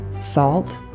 Salt